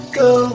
go